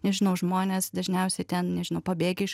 nežinau žmonės dažniausiai ten nežinau pabėgę iš